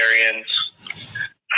Arians